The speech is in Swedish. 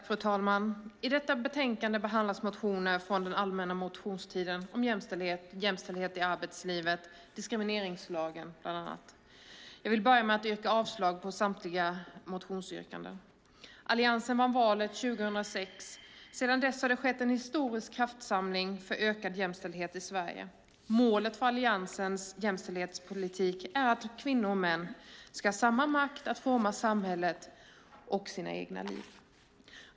Fru talman! I detta betänkande behandlas motioner från den allmänna motionstiden om bland annat jämställdhet, jämställdhet i arbetslivet och diskrimineringslagen. Jag vill börja med att yrka avslag på samtliga motionsyrkanden. Alliansen vann valet 2006. Sedan dess har det skett en historisk kraftsamling för ökad jämställdhet i Sverige. Målet för Alliansens jämställdhetspolitik är att kvinnor och män ska ha samma makt att forma samhället och sina egna liv.